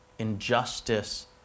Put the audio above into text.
injustice